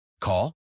Call